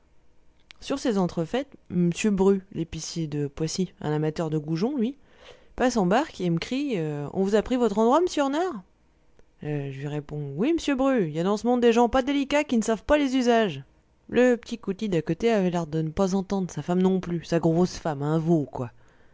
sur ces entrefaites m bru l'épicier de poissy un amateur de goujon lui passe en barque et me crie on vous a pris votre endroit monsieur renard je lui réponds oui monsieur bru il y a dans ce monde des gens pas délicats qui ne savent pas les usages le petit coutil d'à côté avait l'air de ne pas entendre sa femme non plus sa grosse femme un veau quoi